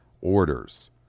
orders